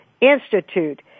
Institute